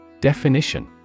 Definition